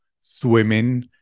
swimming